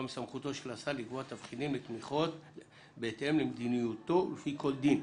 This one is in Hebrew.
מסמכותו של השר לקבוע תבחינים לתמיכות בהתאם למדיניותו ולפי כל דין,